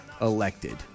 elected